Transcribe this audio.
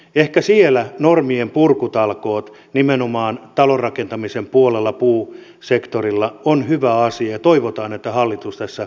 ehkä siellä normienpurkutalkoot nimenomaan talonrakentamisen puolella puusektorilla on hyvä asia ja toivotaan että hallitus tässä edistyy